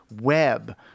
web